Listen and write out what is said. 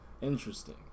Interesting